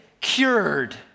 cured